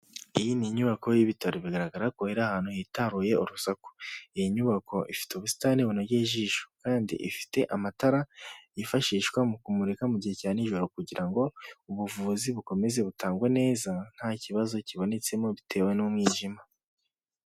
Iyi ni inyubako y'ibitaro. Bigaragara ko iri ahantu hitaruye urusaku. Iyi nyubako ifite ubusitani bunogeye ijisho kandi ifite amatara yifashishwa mu kumurika mu gihe cya nijoro kugira ngo ubuvuzi bukomeze butangwa neza nta kibazo kibonetsemo bitewe n'umwijima.